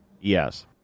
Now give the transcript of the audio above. Yes